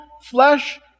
flesh